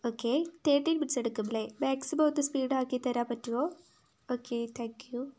okay thirty minutes എടുക്കും അല്ലേ maximum ഒന്നു സ്പീഡാക്കിത്തരാൻ പറ്റുമോ ഓക്കെ താങ്ക് യു